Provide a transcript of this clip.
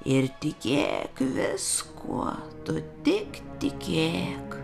ir tikėk viskuo tu tik tikėk